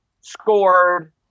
scored